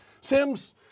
Sims